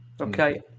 Okay